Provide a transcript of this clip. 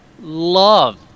love